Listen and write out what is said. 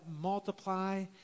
multiply